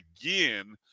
again